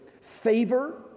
favor